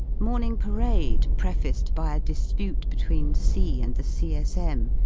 morning parade prefaced by a dispute between c. and the c s m,